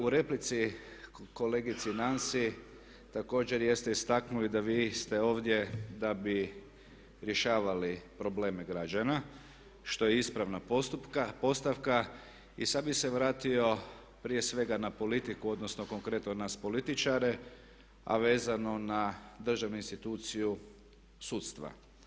U replici kolegici Nansi također jeste istaknuli da vi ste ovdje da bi rješavali probleme građana što je ispravna postavka i sad bih se vratio prije svega na politiku odnosno konkretno nas političare a vezano na državnu instituciju sudstva.